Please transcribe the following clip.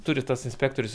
turi tas inspektorius